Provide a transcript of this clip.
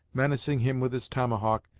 menacing him with his tomahawk,